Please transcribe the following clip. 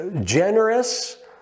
generous